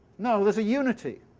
no, there's a unity.